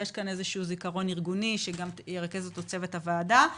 יש כאן איזשהו זיכרון ארגוני שגם ירכז אותו צוות הוועדה.